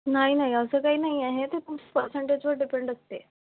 नाही नाही असं काही नाही आहे तर प पर्सेंटेजवर डिपेंड असते